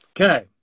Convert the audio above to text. Okay